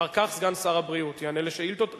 אחר כך סגן שר הבריאות יענה על שאילתות,